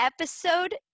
episode